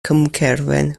cwmcerwyn